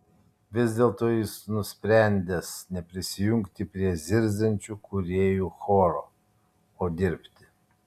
vis dėlto jis nusprendęs neprisijungti prie zirziančių kūrėjų choro o dirbti